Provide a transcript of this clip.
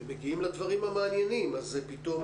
אני רואה